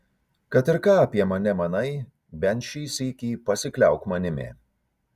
kad ir ką apie mane manai bent šį sykį pasikliauk manimi